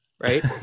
right